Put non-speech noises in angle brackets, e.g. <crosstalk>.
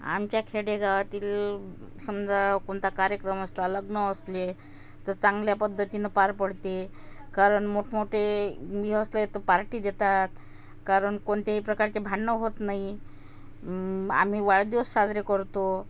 आमच्या खेडेगावातील समजा कोणता कार्यक्रम असला लग्न असले तर चांगल्या पद्धतीनं पार पडते कारण मोठमोठे <unintelligible> पार्टी देतात कारण कोणत्याही प्रकारचे भांडणं होत नाही आम्ही वाढदिवस साजरे करतो